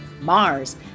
mars